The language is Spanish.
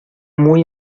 muy